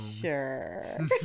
Sure